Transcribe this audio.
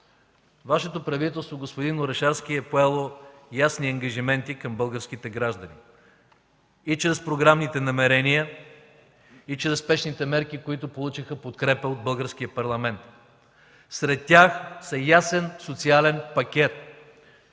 Вашето правителство, господин Орешарски, е поело ясни ангажименти към българските граждани и чрез програмните намерения, и чрез спешните мерки, които получиха подкрепа от Българския парламент. Сред тях са ясен социален пакет,